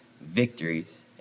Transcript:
victories